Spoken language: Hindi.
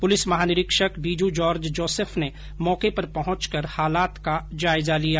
पुलिस महानिरीक्षक बीजू जार्ज जोसफ ने मौके पर पहुंच कर हालात का जायजा लिया